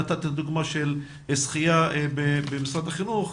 נתת את הדוגמא של שחייה במשרד החינוך.